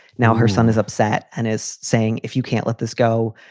now her son is upset and is saying, if you can't let this go,